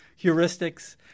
heuristics